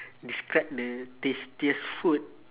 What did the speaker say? describe the tastiest food